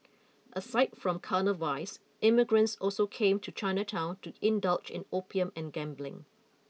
aside from carnal vice immigrants also came to Chinatown to indulge in opium and gambling